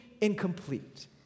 incomplete